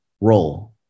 role